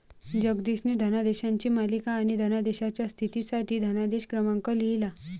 जगदीशने धनादेशांची मालिका आणि धनादेशाच्या स्थितीसाठी धनादेश क्रमांक लिहिला